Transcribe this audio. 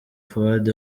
fuad